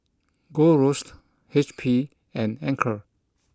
Gold Roast H P and Anchor